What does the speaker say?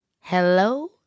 Hello